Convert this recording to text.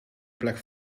plek